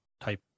type